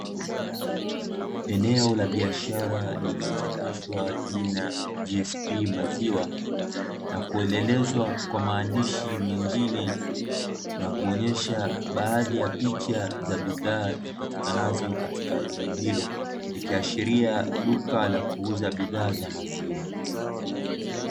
Eneo la biashara lililochapishwa jina ''GSP maziwa'', na kuelelezwa kwa maaandishi mengine, na kuonyesha baadhi ya picha za bidhaa zipatikanazo katika eneo hilo, likiashiria duka la kuuza bidhaa za maziwa.